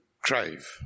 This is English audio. crave